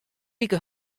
like